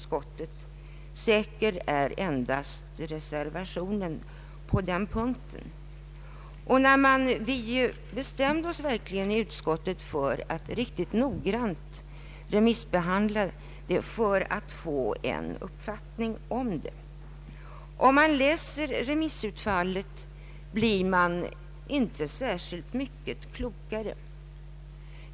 Säker är endast reservationen på den punkten. Vi bestämde oss inom utskottet för att riktigt noggrant remissbehandla denna fråga. Om man läser remissutfallet blir man emellertid inte särskilt mycket klokare.